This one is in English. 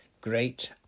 great